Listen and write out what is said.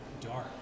dark